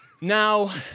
Now